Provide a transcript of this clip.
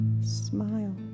smile